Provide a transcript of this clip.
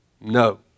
No